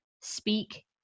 speak